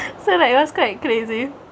so like it was kind of crazy